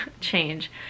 change